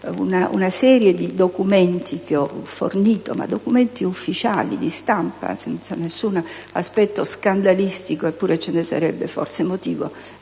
una serie di documenti che ho fornito, documenti ufficiali, di stampa, senza nessun aspetto scandalistico - eppure ce ne sarebbe forse motivo